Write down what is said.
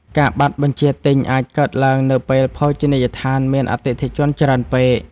ការបាត់បញ្ជាទិញអាចកើតឡើងនៅពេលភោជនីយដ្ឋានមានអតិថិជនច្រើនពេក។